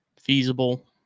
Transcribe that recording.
feasible